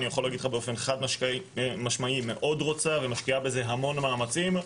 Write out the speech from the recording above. אני יכול להגיד לך באופן חד משמעי מאוד רוצה ומשקיעה בזה המון מאמצים,